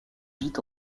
vit